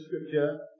scripture